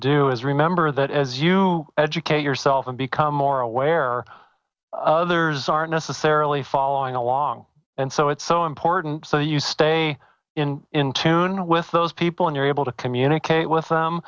do is remember that as you educate yourself and become more aware there's aren't necessarily following along and so it's so important so that you stay in tune with those people and you're able to communicate with them